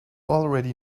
already